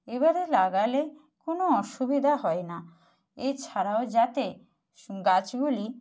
এবারে লাগালে কোনও অসুবিধা হয় না এছাড়াও যাতে গাছগুলি